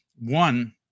One